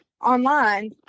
online